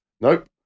Nope